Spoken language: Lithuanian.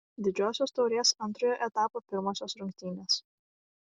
didžiosios taurės antrojo etapo pirmosios rungtynės